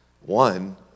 One